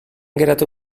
geratu